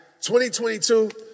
2022